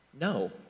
No